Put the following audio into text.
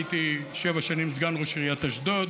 הייתי שבע שנים סגן ראש עיריית אשדוד,